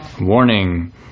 Warning